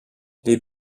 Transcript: les